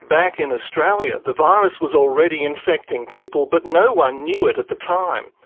back in australia, the virus was already infecting people, but no one knew it at the time.